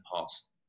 past